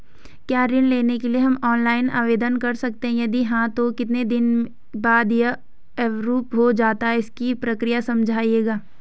क्या ऋण के लिए हम ऑनलाइन आवेदन कर सकते हैं यदि हाँ तो कितने दिन बाद यह एप्रूव हो जाता है इसकी प्रक्रिया समझाइएगा?